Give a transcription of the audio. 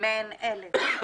מעין אלה.